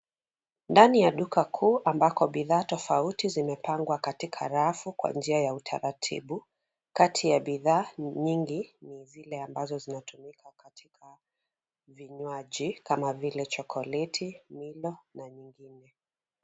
Ndani ya duka kuu ambako bidhaa tofauti zimepangwa katika rafu kwa njia ya utaratibu kati ya bidhaa nyingi ni zile ambazo zinatumika katika vinywaji kama vile chocoleti ,milo na nyingine.